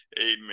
Amen